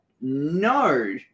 No